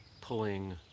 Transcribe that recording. pulling